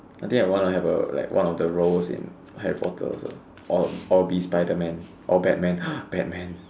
I think I wanna have a like one of the roles in Harry-Potter also or or be Spiderman or Batman Batman